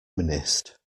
mnist